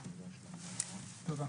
תודה.